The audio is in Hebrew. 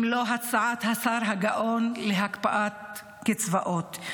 אם לא הצעת השר הגאון להקפאת קצבאות,